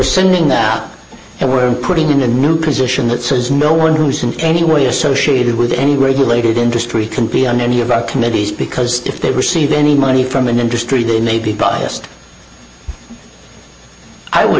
sending now and we're putting in a new position that says no one who simply anyway associated with any regulated industry can be on any of our committees because if they receive any money from an industry that may be biased i would